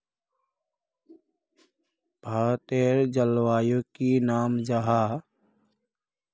भारतेर जलवायुर की नाम जाहा?